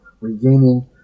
regaining